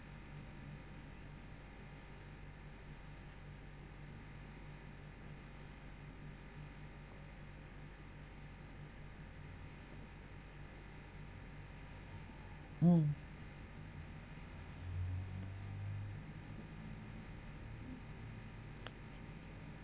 mm